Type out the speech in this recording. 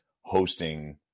hosting